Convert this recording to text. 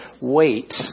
wait